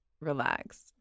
relax